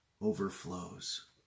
overflows